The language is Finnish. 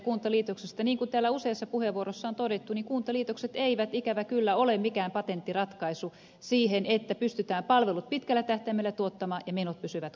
niin kuin täällä useassa puheenvuorossa on todettu kuntaliitokset eivät ikävä kyllä ole mikään patenttiratkaisu siihen että pystytään palvelut pitkällä tähtäimellä tuottamaan ja menot pysyvät kurissa